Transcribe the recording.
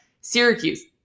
Syracuse